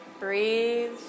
Breathe